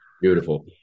Beautiful